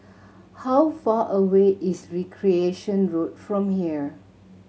how far away is Recreation Road from here